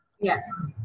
Yes